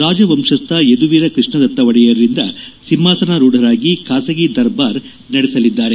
ರಾಜವಂಶಸ್ಥ ಯದುವೀರ ಕೃಷ್ಣದತ್ತ ಒಡೆಯರ್ರಿಂದ ಸಿಂಹಾಸನರೂಢರಾಗಿ ಖಾಸಗಿ ದರ್ಬಾರ್ ನಡೆಸಲಿದ್ದಾರೆ